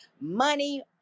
money